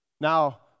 Now